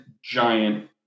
giant